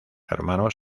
hermanos